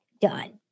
done